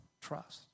trust